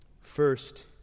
First